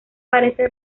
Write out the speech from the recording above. parece